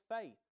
faith